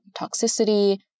toxicity